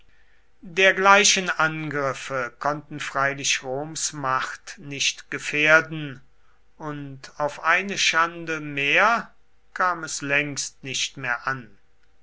dergleichen angriffe konnten freilich roms macht nicht gefährden und auf eine schande mehr kam es längst nicht mehr an